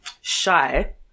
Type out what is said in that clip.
shy